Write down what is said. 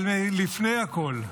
אבל לפני הכול,